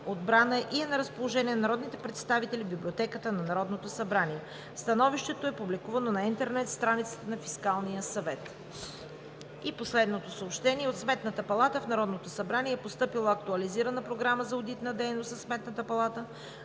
отбрана. На разположение е на народните представители в Библиотеката на Народното събрание. Становището е публикувано на интернет страницата на Фискалния съвет. От Сметната палата в Народното събрание е постъпила актуализирана Програма за одитна дейност на Сметната палата